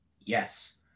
Yes